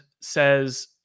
says